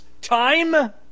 time